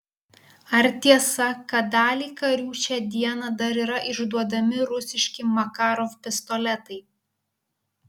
ar tiesa kad daliai karių šią dieną dar yra išduodami rusiški makarov pistoletai